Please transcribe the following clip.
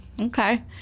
Okay